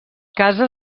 casa